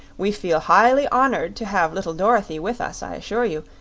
we feel highly honored to have little dorothy with us, i assure you,